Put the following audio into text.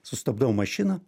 sustabdau mašiną